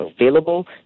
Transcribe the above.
available